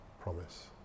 promise